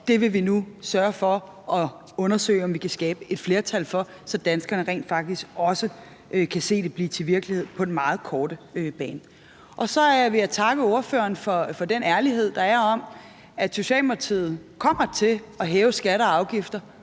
og vi vil nu undersøge, om vi kan skabe et flertal for det, så danskerne rent faktisk også kan se det blive til virkelighed på den meget korte bane? Så vil jeg takke ordføreren for ærligheden omkring, at Socialdemokratiet kommer til at hæve skatter og afgifter